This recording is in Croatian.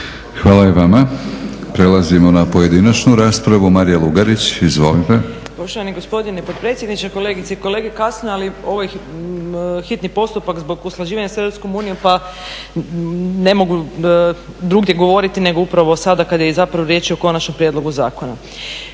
Hvala i vama. Prelazimo na pojedinačnu raspravu. Marija Lugarić, izvolite. **Lugarić, Marija (SDP)** Poštovani gospodine potpredsjedniče, kolegice i kolege kasno je ali ovo je hitni postupak zbog usklađivanja s EU pa ne mogu drugdje govoriti nego upravo sada kad je zapravo riječ o konačnom prijedlogu zakona.